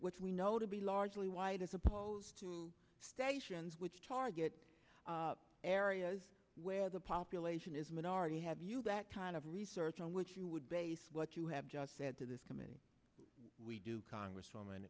which we know to be largely white as opposed to stations which target areas where the population is minority have you back kind of research on which you would base what you have just said to this committee congresswoman